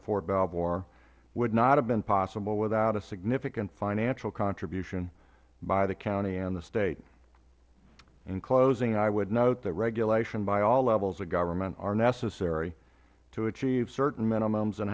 of fort belvoir would not have been possible without a significant financial contribution by the county and the state in closing i would note that regulation by all levels of government are necessary to achieve certain minimums and